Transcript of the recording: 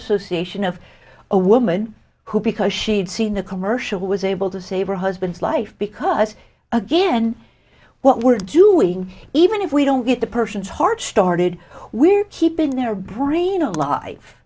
association of a woman who because she had seen the commercial who was able to save her husband's life because again what we're doing even if we don't get the person's heart started we're keeping their brain alive